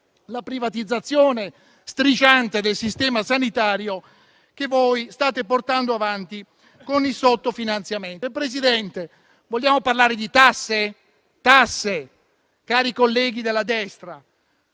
la privatizzazione strisciante del sistema sanitario che voi state portando avanti con il sottofinanziamento. Signora Presidente, se vogliamo parlare di tasse, cari colleghi della destra,